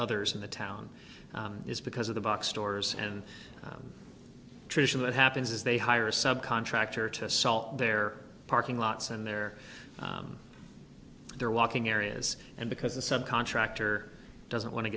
others in the town is because of the box stores and tradition what happens is they hire a subcontractor to salt their parking lots and there they're walking areas and because the subcontractor doesn't want to